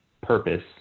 purpose